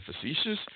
facetious